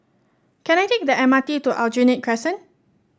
can I take the M R T to Aljunied Crescent